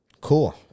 Cool